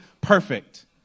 perfect